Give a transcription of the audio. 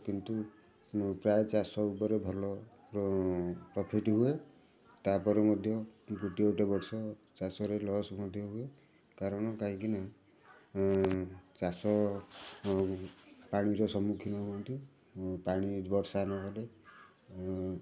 କିନ୍ତୁ ପ୍ରାୟ ଚାଷ ଉପରେ ଭଲ ପ୍ରଫିଟ୍ ହୁଏ ତା'ପରେ ମଧ୍ୟ ଗୋଟିଏ ଗୋଟିଏ ବର୍ଷ ଚାଷରେ ଲସ୍ ମଧ୍ୟ ହୁଏ କାରଣ କାହିଁକିନା ଚାଷ ବାଣିଜ୍ୟ ସମ୍ମୁଖୀନ ହୁଅନ୍ତି ପାଣି ବର୍ଷା ନହେଲେ